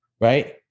right